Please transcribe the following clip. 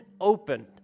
opened